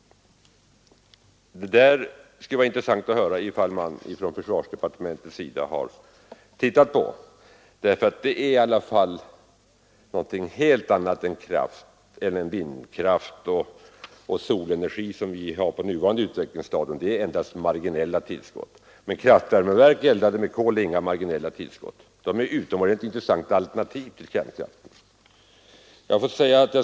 Det skulle vara intressant att höra vilka synpunkter man inom försvarsdepartementet har på kraftvärmeverken. De är ändå något helt annat än vindkraft och solenergi som på nuvarande utvecklingsstadium endast kan ge marginella tillskott. Kraftvärmeverken eldade med kol ger däremot inga marginella tillskott — de är utomordentligt intressanta alternativ till kärnkraften.